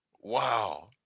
Wow